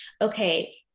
okay